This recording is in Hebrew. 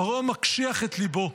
פרעה מקשיח את ליבו.